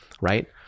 right